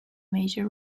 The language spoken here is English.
major